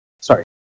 Sorry